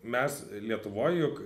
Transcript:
mes lietuvoj juk